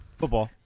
football